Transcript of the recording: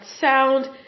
sound